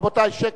רבותי, שקט.